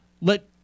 let